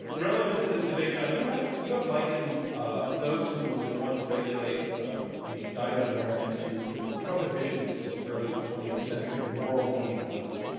relevant to this debate, john, you have you have likened ah those who would want to regulate ah the diet of americans to the prohibitionists of the early twentieth century, the moral being what?